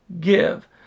give